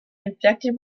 infected